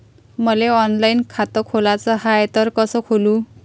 मले ऑनलाईन खातं खोलाचं हाय तर कस खोलू?